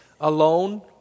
alone